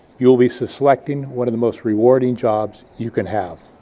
you will be selecting one of the most rewarding jobs you can have.